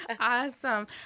Awesome